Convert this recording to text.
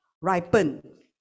ripen